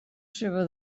seva